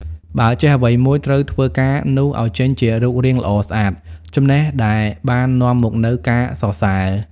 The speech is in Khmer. បើចេះអ្វីមួយ ត្រូវធ្វើការនោះឲ្យចេញជារូបរាងល្អស្អាត ចំណេះដែលបាននាំមកនូវការសរសើរ។